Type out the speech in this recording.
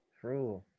True